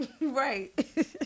right